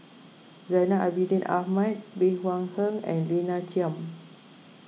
Zainal Abidin Ahmad Bey Hua Heng and Lina Chiam